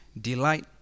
delight